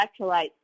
electrolytes